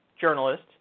journalist